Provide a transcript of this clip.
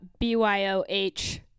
BYOH